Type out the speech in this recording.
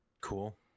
cool